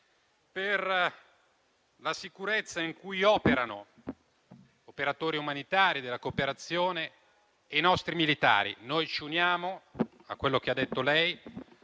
per la sicurezza in cui operano gli operatori umanitari e della cooperazione e i nostri militari. Noi ci uniamo a quello che ha detto lei,